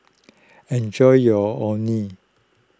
enjoy your Orh Nee